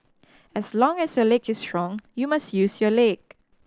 as long as your leg is strong you must use your leg